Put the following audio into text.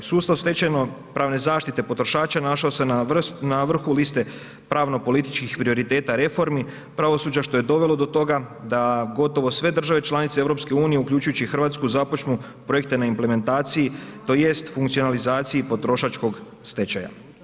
Sustav stečajnopravne zaštite potrošača našao se na vrhu liste pravno političkih prioriteta reformi pravosuđa, što je dovelo do toga da gotovo sve države članice EU uključujući i Hrvatsku započnu projekte na implementaciji tj. funkcionalizaciji potrošačkog stečaja.